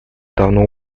давно